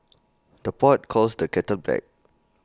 the pot calls the kettle black